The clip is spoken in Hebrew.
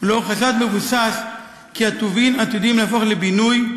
ולאור חשד מבוסס כי הטובין עתידים להפוך לבינוי,